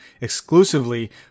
exclusively